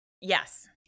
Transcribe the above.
Yes